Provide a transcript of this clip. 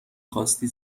خواستی